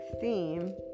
theme